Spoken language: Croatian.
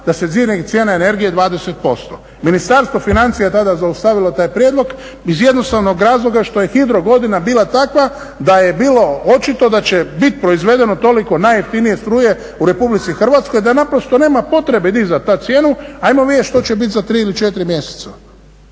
da se digne cijena energije 20%. Ministarstvo financija je tada zaustavilo taj prijedlog iz jednostavnog razloga što je hidrogodina bila takva da je bilo očito da će biti proizvedeno toliko najjeftinije struje u RH da naprosto nema potrebe dizati tad cijenu, ajmo vidjeti što će biti za tri ili četiri mjeseca.